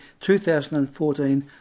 2014